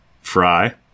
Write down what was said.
Fry